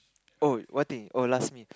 oh what thing oh last meal